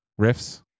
Riffs